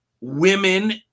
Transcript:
women